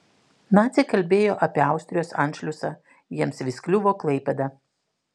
naciai kalbėjo apie austrijos anšliusą jiems vis kliuvo klaipėda